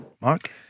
Mark